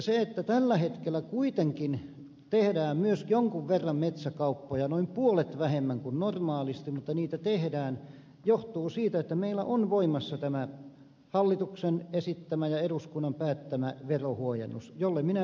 se että tällä hetkellä kuitenkin tehdään myös jonkin verran metsäkauppoja noin puolet vähemmän kuin normaalisti mutta niitä tehdään johtuu siitä että meillä on voimassa tämä hallituksen esittämä ja eduskunnan päättämä verohuojennus jolle minä esitän nyt jatkoa